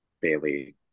Bailey